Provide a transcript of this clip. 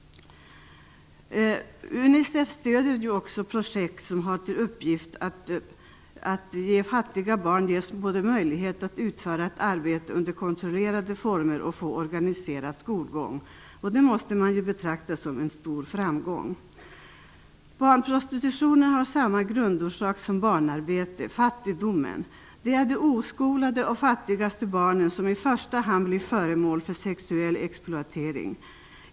Unicef stöder också projekt som har till uppgift att ge fattiga barn möjlighet att utföra ett arbete under kontrollerade former och få organiserad skolgång. Det måste man betrakta som en stor framgång. Barnprostitutionen har samma grundorsak som barnarbete: fattigdomen. Det är de oskolade och fattigaste barnen som i första hand blir föremål för sexuell exploatering.